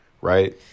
Right